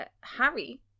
Harry